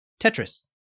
Tetris